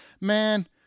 man –